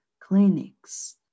clinics